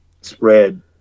spread